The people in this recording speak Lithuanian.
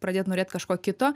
pradėt norėt kažko kito